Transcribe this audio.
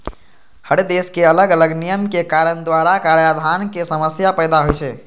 हर देशक अलग अलग नियमक कारण दोहरा कराधानक समस्या पैदा होइ छै